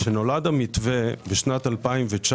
כשנולד המתווה בשנת 2019,